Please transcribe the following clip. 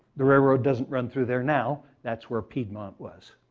the railroad doesn't run through there now, that's were piedmont was.